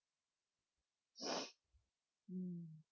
mm